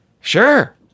Sure